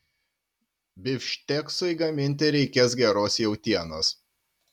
bifšteksui gaminti reikės geros jautienos